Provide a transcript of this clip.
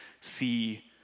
see